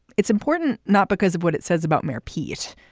it's important not because of what it says about mayor pete,